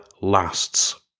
lasts